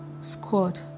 Squad